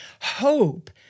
hope